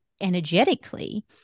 energetically